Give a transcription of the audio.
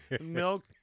Milk